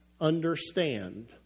understand